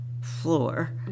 floor